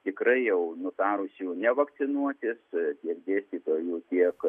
tikrai jau nutarusių nevakcinuotis tiek dėstytojų tiek